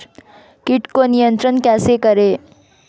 कीट को नियंत्रण कैसे करें?